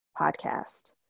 podcast